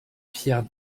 pierre